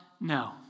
No